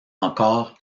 encore